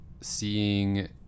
seeing